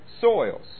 Soils